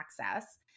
access